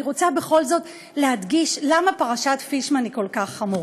אני רוצה בכל זאת להדגיש למה פרשת פישמן היא כל כך חמורה.